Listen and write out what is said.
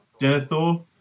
Denethor